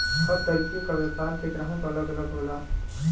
हर तरीके क व्यापार के ग्राहक अलग अलग होला